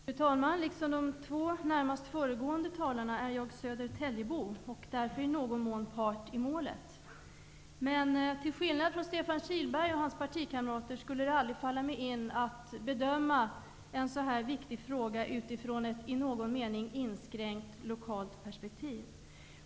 Fru talman! Liksom de två närmast föregående talarna är jag södertäljebo och därför i någon mån part i målet. Till skillnad från Stefan Kihlberg och hans partikamrater skulle det aldrig falla mig in att bedöma en så här viktig fråga utifrån ett, i någon mening, inskränkt lokalt perspektiv.